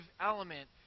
element